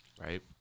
Right